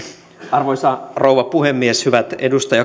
arvoisa rouva puhemies hyvät edustajakollegat